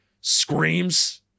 screams